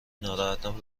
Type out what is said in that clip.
ناراحتم